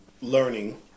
learning